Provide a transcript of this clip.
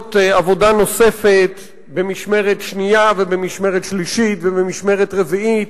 עובדות עבודה נוספת במשמרת שנייה ובמשמרת שלישית ובמשמרת רביעית,